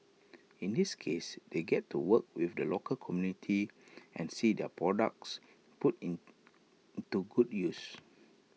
in this case they get to work with the local community and see their products put in into good use